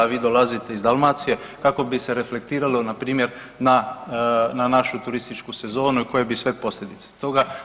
Vi dolazite iz Dalmacije, kako bi se reflektiralo na primjer na našu turističku sezonu i koje bi sve posljedice toga.